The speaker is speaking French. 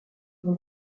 vous